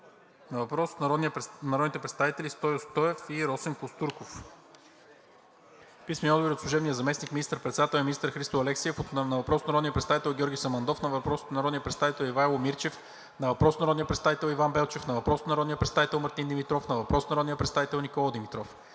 на въпрос от народния представител Стою Стоев и Росен Костурков. – служебния заместник министър-председател и министър Христо Алексиев на въпрос от народния представител Георги Самандов; на въпрос от народния представител Ивайло Мирчев; на въпрос от народния представител Иван Белчев; на въпрос от народния представител Мартин Димитров; на въпрос от народния представител Никола Димитров.